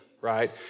right